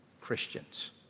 Christians